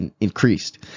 increased